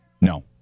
No